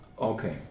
okay